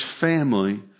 family